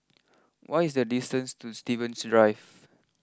what is the distance to Stevens Drive